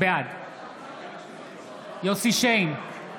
בעד יוסף שיין,